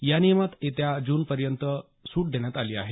या नियमात येत्या जून महिन्यापर्यंत सूट देण्यात आली आहे